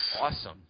awesome